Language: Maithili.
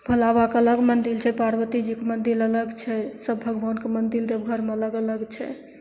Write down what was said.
भोला बाबाके अलग मन्दिर छै पार्बती जीके मन्दिर अलग छै सब भगवानके मन्दिर देवघरमे अलग अलग छै